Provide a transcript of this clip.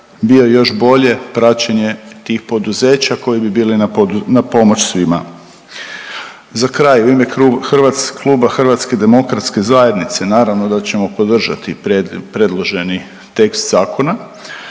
bio još bolje praćenje tih poduzeća koji bi bili na pomoć svima. Za kraj u ime Kluba Hrvatske demokratske zajednice naravno da ćemo podržati predloženi tekst zakona.